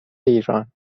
ایران